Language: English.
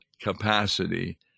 capacity